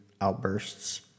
outbursts